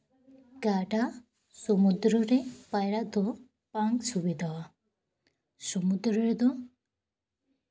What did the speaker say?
ᱜᱟᱰᱟ ᱥᱩᱢᱩᱫᱽᱨᱩ ᱨᱮ ᱯᱟᱭᱨᱟᱜ ᱫᱚ ᱵᱟᱝ ᱥᱩᱵᱤᱫᱷᱟ ᱟ ᱥᱩᱢᱩᱫᱽᱨᱩ ᱨᱮᱫᱚ